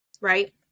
right